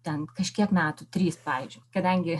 ten kažkiek metų tris pavyzdžiui kadangi